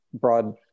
broad